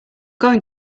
going